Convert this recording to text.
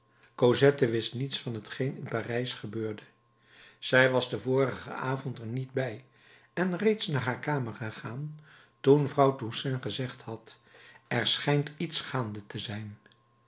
cosette wist niets van t geen in parijs gebeurde zij was den vorigen avond er niet bij en reeds naar haar kamer gegaan toen vrouw toussaint gezegd had er schijnt iets gaande te zijn